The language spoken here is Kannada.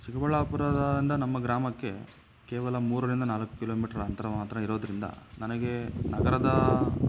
ಚಿಕ್ಕಬಳ್ಳಾಪುರದಿಂದ ನಮ್ಮ ಗ್ರಾಮಕ್ಕೆ ಕೇವಲ ಮೂರರಿಂದ ನಾಲ್ಕು ಕಿಲೋಮೀಟ್ರ್ ಅಂತರ ಮಾತ್ರ ಇರೋದರಿಂದ ನನಗೆ ನಗರದ